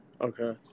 okay